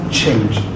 change